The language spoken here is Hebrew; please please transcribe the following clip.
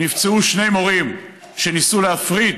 נפצעו שני מורים שניסו להפריד